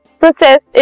process